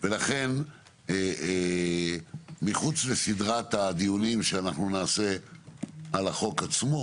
לכן מחוץ לסדרת הדיונים שאנחנו נעשה על החוק עצמו,